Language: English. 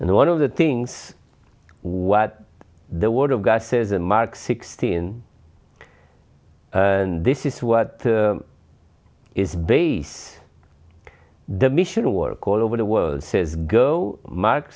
and one of the things what the word of god says in mark sixteen and this is what is base the mission work all over the world says go m